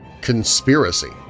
conspiracy